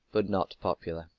but not popular.